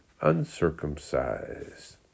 uncircumcised